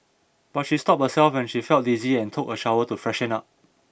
but she stopped herself when she felt dizzy and took a shower to freshen up